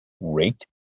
rate